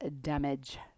damage